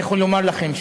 אני יכול לומר לכם,